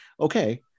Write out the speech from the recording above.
okay